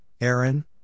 aaron